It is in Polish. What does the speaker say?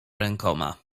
rękoma